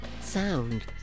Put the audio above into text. sound